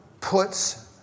puts